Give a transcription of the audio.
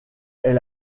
est